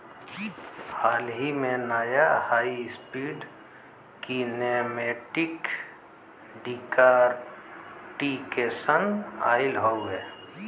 हाल ही में, नया हाई स्पीड कीनेमेटिक डिकॉर्टिकेशन आयल हउवे